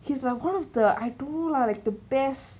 he's like one of the I don't lah like one of the best